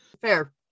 Fair